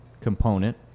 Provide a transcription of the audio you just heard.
component